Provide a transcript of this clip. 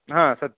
सत्यं